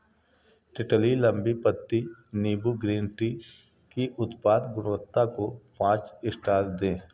टिटली लंबी पत्ती नींबू ग्रीन टी की उत्पाद गुणवत्ता को पाँच स्टार दें